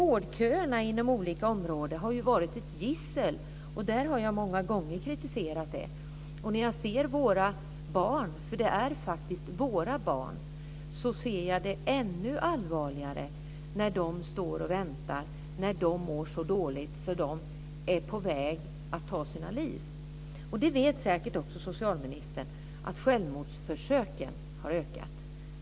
Vårdköerna inom olika områden har ju varit ett gissel, och det har jag många gånger kritiserat. När jag ser våra barn - det är faktiskt våra barn - är det ännu allvarligare när de står och väntar och mår så dåligt att de är på väg att ta sitt liv. Socialministern vet säkert också att självmordsförsöken har ökat.